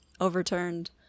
overturned